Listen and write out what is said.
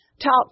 talk